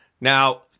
Now